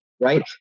right